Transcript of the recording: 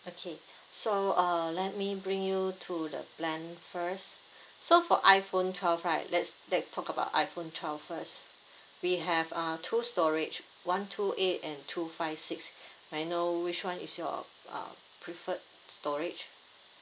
okay so uh let me bring you to the plan first so for iphone twelve right let let's talk about iphone twelve first we have uh two storage one two eight and two five six may I know which one is your uh preferred storage